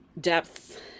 depth